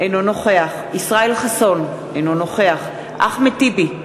אינו נוכח ישראל חסון, אינו נוכח אחמד טיבי,